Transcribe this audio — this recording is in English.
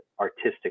artistic